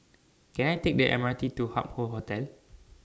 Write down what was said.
Can I Take The M R T to Hup Hoe Hotel